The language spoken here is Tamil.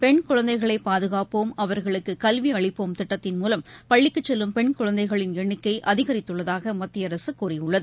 பெண்குழந்தைகளை பாதுகாப்போம் அவர்களுக்கு கல்வி அளிப்போம் திட்டத்தின் மூலம் பள்ளிக்கு செல்லும் பெண்குழந்தைகளின் எண்ணிக்கை அதிகரித்துள்ளதாக மத்திய அரசு கூறியுள்ளது